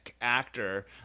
actor